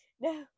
No